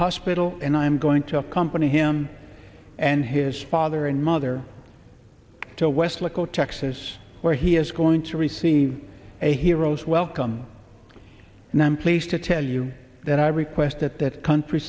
hospital and i'm going to accompany him and his father and mother to weslaco texas where he is going to receive a hero's welcome and i'm pleased to tell you that i request that that country